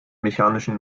mechanischen